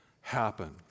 happen